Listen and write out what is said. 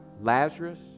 Lazarus